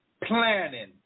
planning